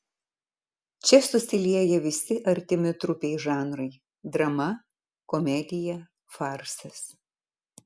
čia susilieja visi artimi trupei žanrai drama komedija farsas